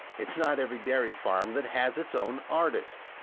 it's not every dairy farm that has its own artist.